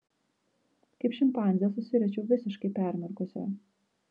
kaip šimpanzė susiriečiau visiškai permirkusi